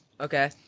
Okay